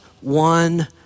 one